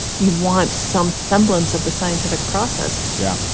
you want some semblance of the scientific process yeah.